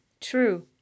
True